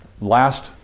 last